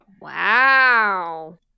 Wow